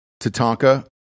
Tatanka